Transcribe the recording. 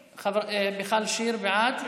בעד.